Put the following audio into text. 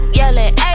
yelling